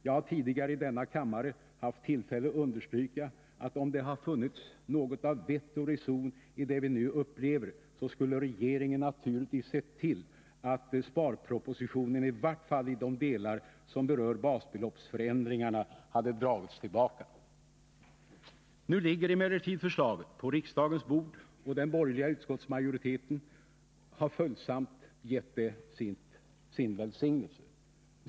Jag har tidigare i denna kammare haft tillfälle att understryka, att om det hade funnits något av vett och reson i det vi nu upplever, så skulle regeringen naturligtvis ha sett till att sparpropositionen, i vart fall i de delar som berör basbeloppsförändringarna, hade dragits tillbaka. Nu ligger emellertid förslaget på riksdagens bord och den borgerliga utskottsmajoriteten har följsamt gett det sin välsignelse.